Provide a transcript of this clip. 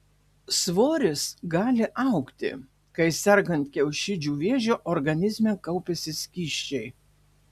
svoris gali augti kai sergant kiaušidžių vėžiu organizme kaupiasi skysčiai